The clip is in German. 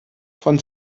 von